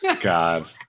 God